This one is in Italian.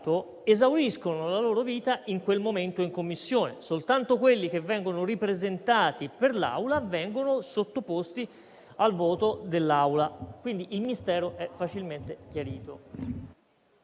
esauriscono la loro vita in quel momento, in Commissione. Soltanto quelli che vengono ripresentati per l'Assemblea vengono sottoposti al voto dell'Assemblea. Quindi, il mistero è facilmente chiarito.